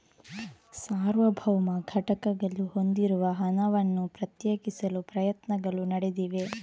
ಸಾರ್ವಭೌಮ ಘಟಕಗಳು ಹೊಂದಿರುವ ಹಣವನ್ನು ಪ್ರತ್ಯೇಕಿಸಲು ಪ್ರಯತ್ನಗಳು ನಡೆದಿವೆ